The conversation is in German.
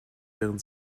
wären